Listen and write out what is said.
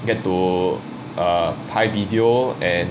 get to err 拍 video and